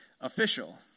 official